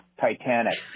Titanic